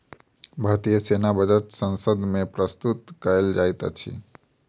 भारतीय सेना बजट संसद मे प्रस्तुत कयल जाइत अछि